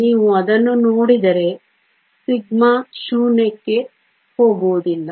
ನೀವು ಅದನ್ನು ನೋಡಿದರೆ σ ಶೂನ್ಯಕ್ಕೆ ಹೋಗುವುದಿಲ್ಲ